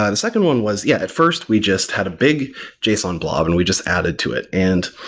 ah the second one was yeah, at first we just had a big json blob and we just added to it. and